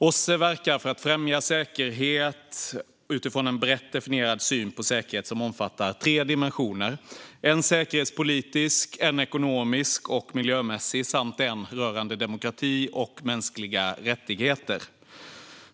OSSE verkar för att främja säkerhet utifrån en brett definierad syn på säkerhet som omfattar tre dimensioner: en säkerhetspolitisk, en ekonomisk och miljömässig samt en rörande demokrati och mänskliga rättigheter.